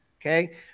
Okay